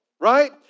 Right